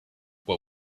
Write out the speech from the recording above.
what